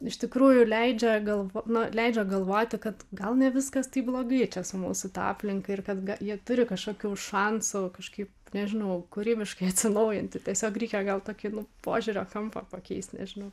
iš tikrųjų leidžia galv nu leidžia galvoti kad gal ne viskas taip blogai čia mūsų ta aplinka ir kad jie turi kažkokių šansų kažkaip nežinau kūrybiškai atsinaujinti tiesiog reikia gal tokį nu požiūrio kampą pakeist nežinau